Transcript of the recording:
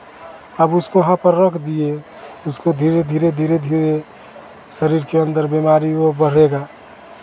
अब उसको वहाँ पर रख दिए उसको धीरे धीरे धीरे शरीर के अन्दर बिमारी वो बढ़ेगा